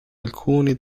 alcuni